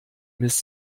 miss